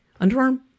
underarm